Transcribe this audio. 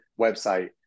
website